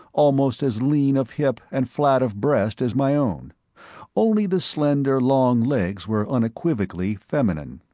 almost as lean of hip and flat of breast as my own only the slender long legs were unequivocally feminine.